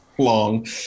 long